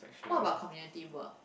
what about community work